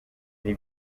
ari